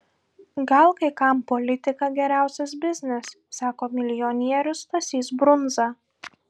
gal kai kam politika geriausias biznis sako milijonierius stasys brundza